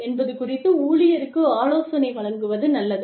என்பது குறித்து ஊழியருக்கு ஆலோசனை வழங்குவது நல்லது